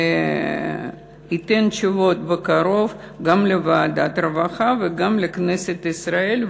וייתן תשובות בקרוב גם לוועדת הרווחה וגם לכנסת ישראל,